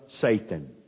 Satan